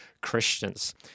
Christians